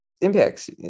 impacts